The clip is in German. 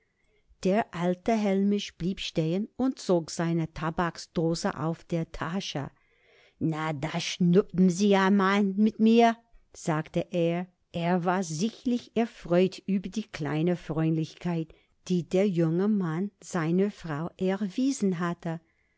der alte hellmich blieb stehen und zog seine tabaksdose aus der tasche na da schnuppen se amal mit mir sagte er er war sichtlich erfreut über die kleine freundlichkeit die der junge mann seiner frau erwiesen hatte